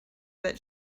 that